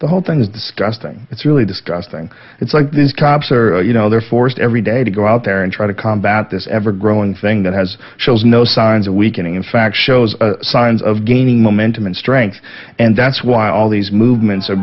the whole thing is disgusting it's really disgusting it's like these cops are you know they're forced every day to go out there and try to combat this ever growing thing that has shows no signs of weakening in fact shows signs of gaining momentum and strength and that's why all these movements are